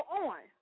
on